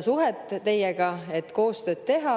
suhet teiega, et koostööd teha,